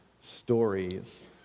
stories